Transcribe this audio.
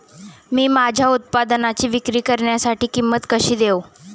मी माझ्या उत्पादनाची विक्री करण्यासाठी किंमत कशी देऊ?